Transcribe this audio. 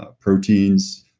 ah proteins,